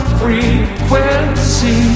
frequency